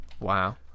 Wow